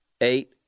Eight